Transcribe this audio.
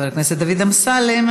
חבר הכנסת דוד אמסלם.